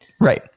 right